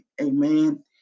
Amen